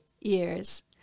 years